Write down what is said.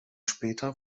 später